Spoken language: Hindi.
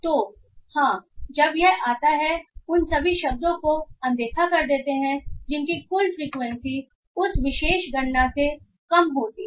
तो हाँ जब यह आता है तो उन सभी शब्दों को अनदेखा कर देते हैं जिनकी कुल फ्रीक्वेंसी उस विशेष गणना से कम होती है